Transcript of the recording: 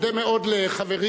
אודה מאוד לחברי,